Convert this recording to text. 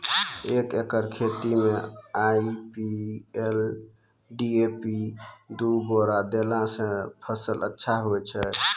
एक एकरऽ खेती मे आई.पी.एल डी.ए.पी दु बोरा देला से फ़सल अच्छा होय छै?